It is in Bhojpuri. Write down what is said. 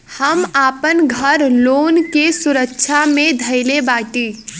हम आपन घर लोन के सुरक्षा मे धईले बाटी